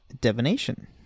divination